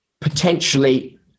potentially